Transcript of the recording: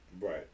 right